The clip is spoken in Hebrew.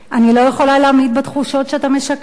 אני לא יכולה להמעיט בתחושות שאתה משקף".